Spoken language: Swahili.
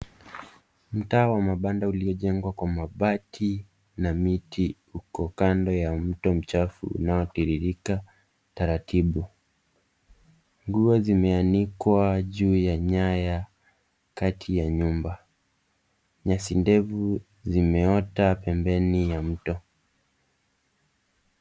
Mtaa wa mabanda uliojengwa kwa mabati na miti uko kando ya mto mchafu unaotiririka taratibu. Nguo zimeanikwa juu ya nyaya kati ya nyumba. Nyasi ndefu zimeota pembeni ya mto.